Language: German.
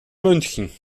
münchen